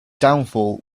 downfall